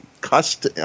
cussed